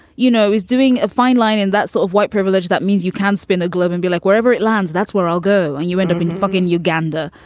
you know, he's doing a fine line in that sort of white privilege that means you can't spin a globe and be like wherever it lands. that's where i'll go and you end up in fucking uganda.